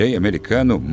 americano